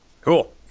Cool